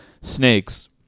snakes